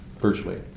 virtually